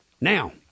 Now